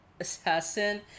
assassin